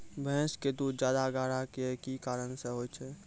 भैंस के दूध ज्यादा गाढ़ा के कि कारण से होय छै?